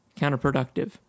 counterproductive